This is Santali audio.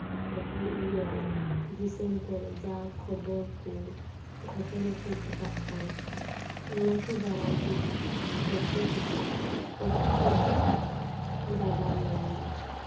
ᱟᱵᱚ ᱤᱭᱟᱹ ᱨᱮ ᱫᱤᱥᱚᱢ ᱠᱚᱨᱮ ᱡᱟ ᱠᱷᱚᱵᱚᱨ ᱠᱚ ᱜᱷᱚᱴᱚᱱᱟ ᱠᱚ ᱜᱷᱚᱴᱟᱜ ᱠᱟᱱ ᱚᱱᱟ ᱠᱚ ᱫᱟᱨᱟᱭ ᱛᱮᱜᱮ ᱡᱚᱛᱚ ᱠᱤᱪᱷᱩᱧ ᱚᱲᱟᱜ ᱠᱷᱚᱡ ᱜᱤᱧ ᱵᱟᱰᱟᱭ ᱧᱟᱢᱫᱟ